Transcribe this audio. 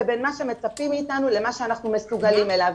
בין מה שמצפים מאתנו למה שאנחנו מסוגלים אליו.